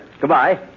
Goodbye